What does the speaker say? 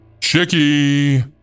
Chicky